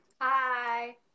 Hi